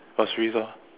Pasir-Ris orh